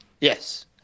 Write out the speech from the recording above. Yes